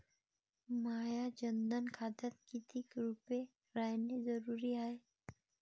माह्या जनधन खात्यात कितीक रूपे रायने जरुरी हाय?